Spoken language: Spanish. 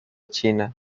china